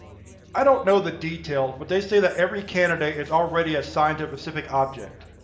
i don't know the details but they say that every candidate is already assigned to a specific object.